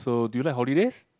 so do you like holidays